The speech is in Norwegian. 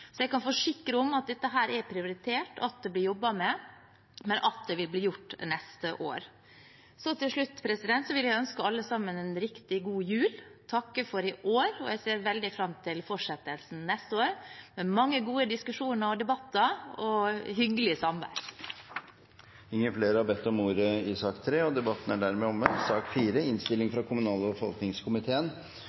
så det vil bli gjort neste år. Det er sånn at av og til oppstår det ting som gjør at det tar lengre tid å iverksette enn det man ellers tror. Jeg kan forsikre om at dette er prioritert, og at det blir jobbet med, men at det vil bli gjort neste år. Til slutt vil jeg ønske alle sammen en riktig god jul og takke for i år. Jeg ser veldig fram til fortsettelsen neste år, med mange gode diskusjoner og debatter og hyggelig samvær. Flere har